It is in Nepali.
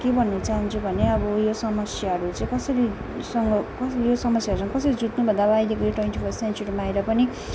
के भन्नु चाहन्छु भने अब यो समस्याहरू चाहिँ कसरीसँग कसरी यो समस्याहरूसँग कसरी जुझ्नु भन्दा अब अहिलेको यो ट्वेन्टी फर्स्ट सेन्चुरीमा आएर पनि